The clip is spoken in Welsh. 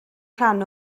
rhan